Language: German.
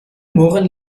murren